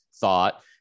thought